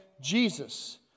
jesus